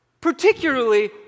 Particularly